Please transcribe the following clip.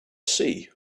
see